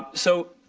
so